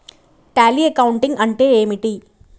Tally accounting అంటే ఏమిటి?